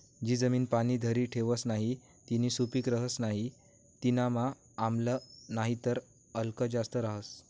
जी जमीन पाणी धरी ठेवस नही तीनी सुपीक रहस नाही तीनामा आम्ल नाहीतर आल्क जास्त रहास